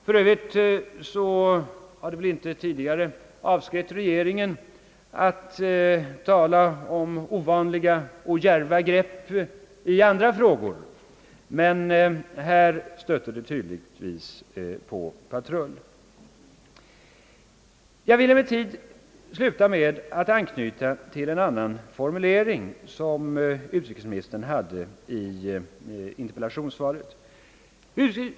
För Övrigt har det väl inte tidigare avskräckt regeringen att tala om ovanliga och djärva grepp i andra frågor, men här stöter det tydligen på patrull. Jag vill emellertid sluta med att anknyta till en annan formulering som utrikesministern hade i interpellationssvaret.